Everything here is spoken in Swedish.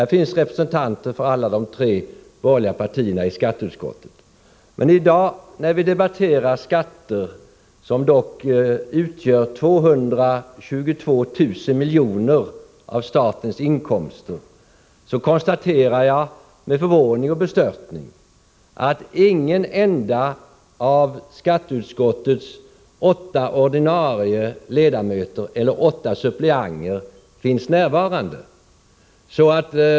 Här finns representanter för alla de tre borgerliga partierna i skatteutskottet. Men i dag, när vi debatterar skatterna — som utgör 222 000 miljoner av statens inkomster — konstaterar jag med förvåning och bestörtning att ingen enda av skatteutskottets åtta ordinarie ledamöter eller åtta suppleanter från socialdemokraterna finns närvarande.